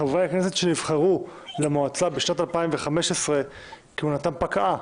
חברי הכנסת שנבחרו למועצה בשנת 2015 כהונתם פקעה.